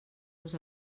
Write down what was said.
los